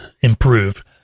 improve